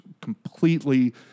completely